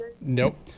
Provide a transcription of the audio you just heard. nope